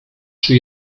czy